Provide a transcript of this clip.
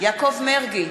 יעקב מרגי,